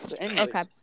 Okay